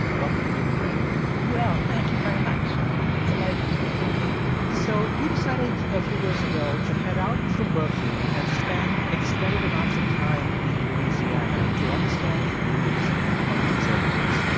welcome to hidden brain well, thank you very much. i'm delighted to be here so you decided a few years ago to head out from berkeley and spend extended amounts of time in louisiana to understand the views of conservatives.